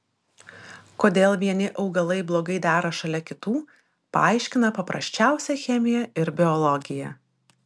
kodėl vieni augalai blogai dera šalia kitų paaiškina paprasčiausia chemija ir biologija